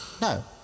No